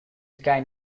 sky